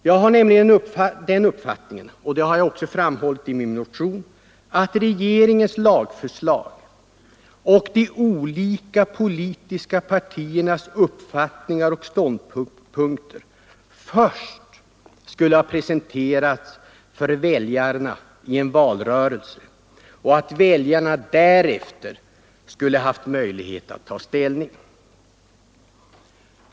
Jag har nämligen den uppfattningen — det har jag framhållit i min motion — att regeringens lagförslag och de olika politiska partiernas uppfattningar och ståndpunkter först skulle ha presenterats för väljarna i en valrörelse och att väljarna därefter skulle haft möjlighet att ta ställning.